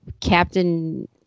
Captain